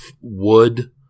wood